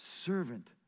Servant